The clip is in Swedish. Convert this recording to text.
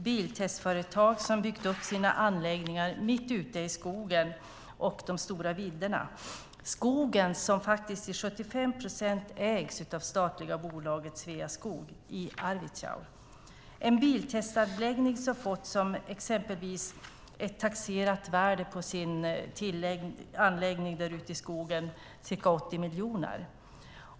Biltestföretag har byggt upp sina anläggningar mitt ute i skogen och på de stora vidderna. Skogen ägs till 75 procent av det statliga bolaget Sveaskog i Arvidsjaur. En biltestanläggning har exempelvis fått ett taxerat värde sin anläggning där ute i skogen på ca 80 miljoner.